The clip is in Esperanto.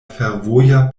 fervoja